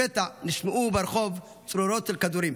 לפתע נשמעו ברחוב צרורות של כדורים,